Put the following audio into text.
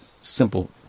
simple